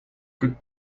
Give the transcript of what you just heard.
good